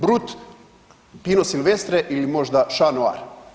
Brut, Pino Silvestre ili možda Šanoar?